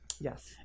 yes